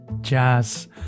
Jazz